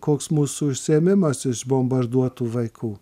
koks mūsų užsiėmimas iš bombarduotų vaikų